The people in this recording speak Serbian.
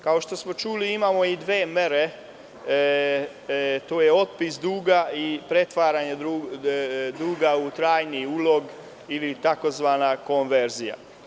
Kao što smo čuli imamo i dve mere, tu je otpis duga i pretvaranje duga u trajni ulog ili tzv. konverzija.